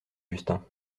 justin